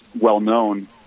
well-known